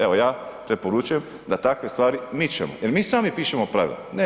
Evo, ja preporučujem da takve stvari mičemo jer mi sami pišemo pravila ne EU.